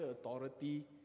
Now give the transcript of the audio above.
authority